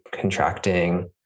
contracting